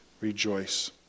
rejoice